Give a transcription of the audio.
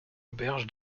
auberge